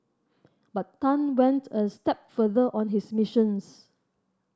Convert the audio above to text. but Tan went a step further on his missions